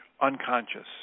unconscious